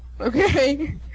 okay